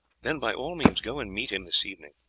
then by all means go and meet him this evening.